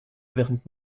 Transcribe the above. während